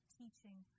teaching